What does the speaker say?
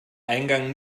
eingang